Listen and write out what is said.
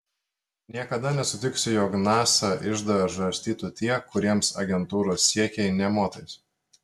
niekada nesutiksiu jog nasa iždą žarstytų tie kuriems agentūros siekiai nė motais